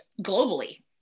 globally